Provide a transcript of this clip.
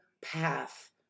path